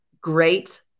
great